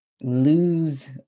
lose